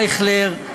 אייכלר,